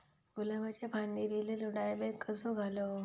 गुलाबाच्या फांदिर एलेलो डायबॅक कसो घालवं?